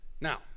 Now